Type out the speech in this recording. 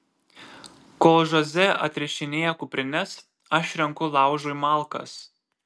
kol žoze atrišinėja kuprines aš renku laužui malkas